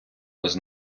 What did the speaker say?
без